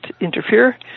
interfere